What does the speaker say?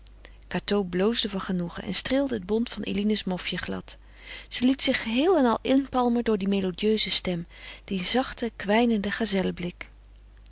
cateau bloosde van genoegen en streelde het bont van eline's mofje glad ze liet zich geheel en al inpalmen door die melodieuze stem dien zachten kwijnenden gazellenblik